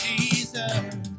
Jesus